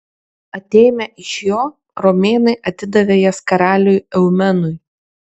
atėmę iš jo romėnai atidavė jas karaliui eumenui